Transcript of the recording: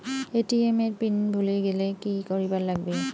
ATM এর PIN ভুলি গেলে কি করিবার লাগবে?